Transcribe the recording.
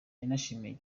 yanashimiye